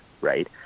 right